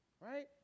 right